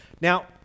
Now